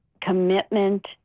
commitment